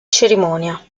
cerimonia